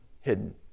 hidden